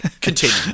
continue